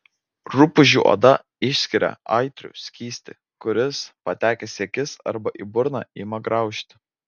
rupūžių oda išskiria aitrų skystį kuris patekęs į akis arba į burną ima graužti